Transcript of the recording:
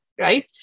right